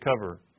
cover